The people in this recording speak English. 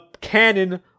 cannon